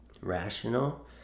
rational